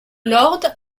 lords